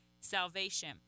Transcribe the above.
salvation